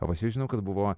visi žino kad buvo